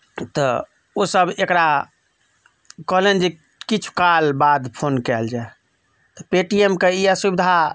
तऽ ओ सब एकरा कहलनि जे किछु काल बाद फ़ोन कयल जाय पे टी एम केँ ई असुविधा